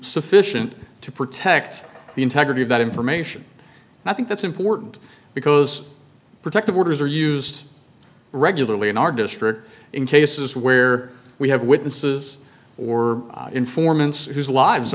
sufficient to protect the integrity of that information and i think that's important because protective orders are used regularly in our district in cases where we have witnesses or informants whose lives